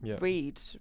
read